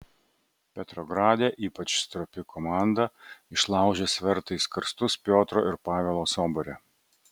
petrograde ypač stropi komanda išlaužė svertais karstus piotro ir pavelo sobore